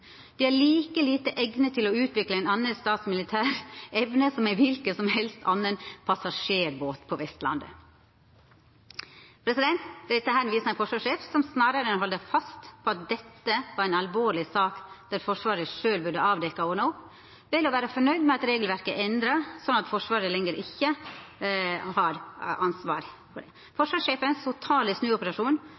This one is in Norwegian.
De er like lite egnet til å utvikle en annen stats militære evne som en hvilken som helst annen passasjerbåt på Vestlandet.» Dette viser ein forsvarssjef som snarare enn å halda fast på at dette er ei alvorleg sak som Forsvaret sjølv burde ha avdekt og ordna opp i, vel å vera fornøgd med at regelverket er endra slik at Forsvaret ikkje lenger har ansvar. Den totale snuoperasjonen til forsvarssjefen,